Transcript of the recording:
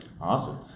Awesome